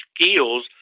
skills